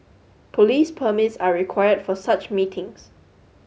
police permits are required for such meetings